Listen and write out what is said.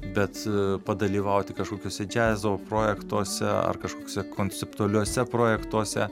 bet padalyvauti kažkokiuose džiazo projektuose ar kažkokiuose konceptualiuose projektuose